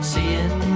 Seeing